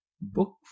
Book